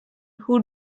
who